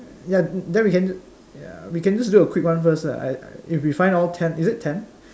ya then we can d~ ya we can just do a quick one first lah if we find all ten is it ten